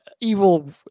evil